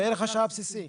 בערך השעה הבסיסי.